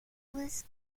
was